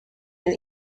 and